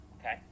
okay